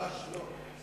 ממש לא.